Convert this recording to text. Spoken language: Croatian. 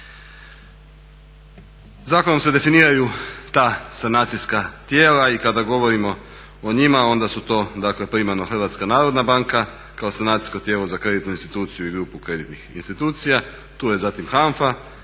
Zakonom se definiraju ta sanacijska tijela. I kada govorimo o njima onda su to dakle primarno Hrvatska narodna banka kao sanacijsko tijelo za kreditnu instituciju i grupu kreditnih institucija, tu je zatim HANFA